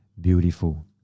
beautiful